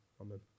Amen